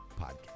podcast